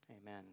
Amen